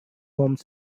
home